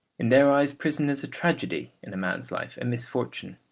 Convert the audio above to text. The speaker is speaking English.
in their eyes prison is a tragedy in a man's life, a misfortune,